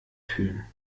fühlen